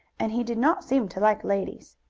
and he did not seem to like ladies.